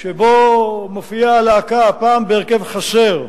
שבו מופיעה להקה, הפעם בהרכב חסר,